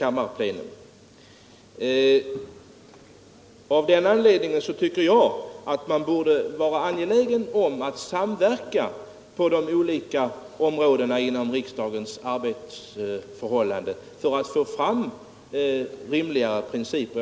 Jag anser att man borde vara angelägen om en samverkan på olika områden inom riksdagen för att få fram rimligare principer för arbetet.